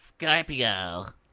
scorpio